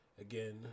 again